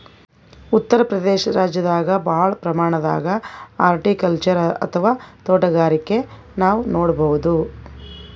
ಉತ್ತರ್ ಪ್ರದೇಶ ರಾಜ್ಯದಾಗ್ ಭಾಳ್ ಪ್ರಮಾಣದಾಗ್ ಹಾರ್ಟಿಕಲ್ಚರ್ ಅಥವಾ ತೋಟಗಾರಿಕೆ ನಾವ್ ನೋಡ್ಬಹುದ್